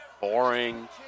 boring